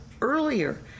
earlier